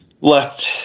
left